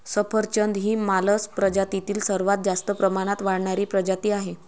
सफरचंद ही मालस प्रजातीतील सर्वात जास्त प्रमाणात वाढणारी प्रजाती आहे